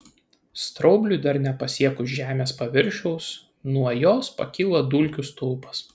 straubliui dar nepasiekus žemės paviršiaus nuo jos pakyla dulkių stulpas